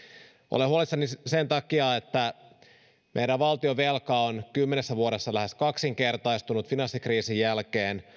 olen huolissani sen takia että meidän valtionvelka on kymmenessä vuodessa lähes kaksinkertaistunut finanssikriisin jälkeen